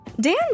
Dan